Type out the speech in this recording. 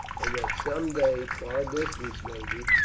and that some day, far distant maybe,